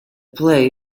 play